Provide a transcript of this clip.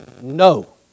no